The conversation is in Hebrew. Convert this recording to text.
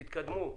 תתקדמו.